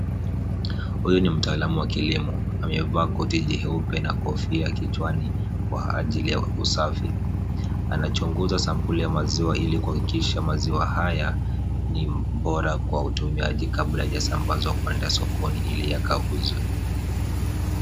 Huyu ni mtaalamu wa kilimo. Amevaa koti jeupe na kofia kichwani kwa ajili ya usafi. Anachunguza sampuli ya maziwa ili kuhakikisha maziwa haya ni bora kwa utumiaji kabla haijasambazwa kuenda sokoni ili yakauzwe.